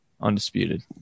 undisputed